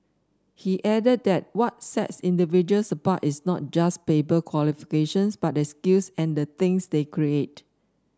he added that what sets individuals apart is not just paper qualifications but their skills and the things they create